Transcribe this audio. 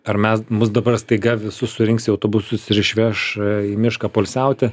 ar mes mus dabar staiga visus surinks į autobusus ir išveš į mišką poilsiauti